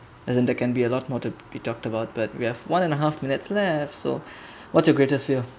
as in there can be a lot more to be talk about but we have one and a half minutes left so what's your greatest fear